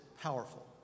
powerful